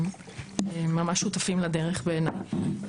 ממש שותפים לדרך בעיניי.